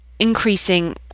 increasing